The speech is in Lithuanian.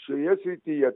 šioje srityje